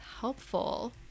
helpful